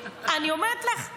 אני אומרת לך,